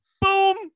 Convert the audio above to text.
Boom